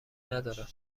ندارم